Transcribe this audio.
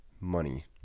money